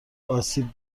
آسیب